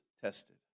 tested